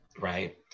right